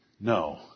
no